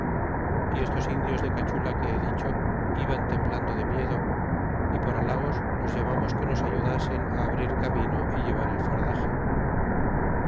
y estos indios de cachula que he dicho iban temblando de miedo y por halagos los llevamos que nos ayudasen abrir camino y llevar el fardaxe